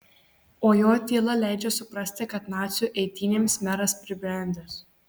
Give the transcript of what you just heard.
o jo tyla leidžia suprasti kad nacių eitynėms meras pribrendęs